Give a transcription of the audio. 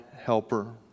helper